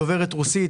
דוברת רוסית,